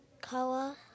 Color